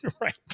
right